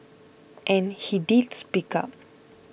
and he did speak up